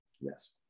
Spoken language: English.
Yes